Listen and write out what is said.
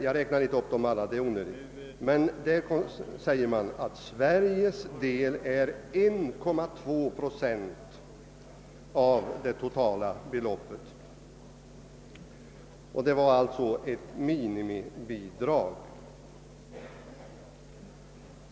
Jag räknar inte upp dem alla, men Sveriges andel är 1,2 procent av det totala beloppet. Detta gäller alltså ett minimibidrag.